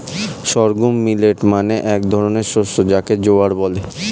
sorghum millet মানে এক ধরনের শস্য যাকে জোয়ার বলে